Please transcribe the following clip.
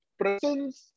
presence